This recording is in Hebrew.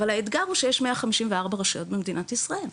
אבל האתגר הוא שיש 154 רשויות במדינת ישראל,